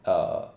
err